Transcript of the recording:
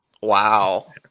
Wow